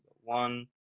one